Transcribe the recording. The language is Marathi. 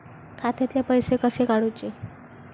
खात्यातले पैसे कसे काडूचे?